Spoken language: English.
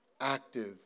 active